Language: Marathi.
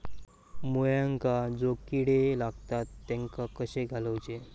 मुळ्यांका जो किडे लागतात तेनका कशे घालवचे?